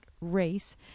race